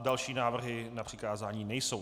Další návrhy na přikázání nejsou.